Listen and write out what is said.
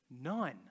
None